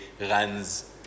runs